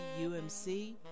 UMC